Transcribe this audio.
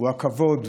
הוא הכבוד,